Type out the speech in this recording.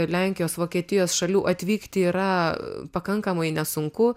lenkijos vokietijos šalių atvykti yra pakankamai nesunku